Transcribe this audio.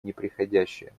непреходящее